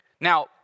Now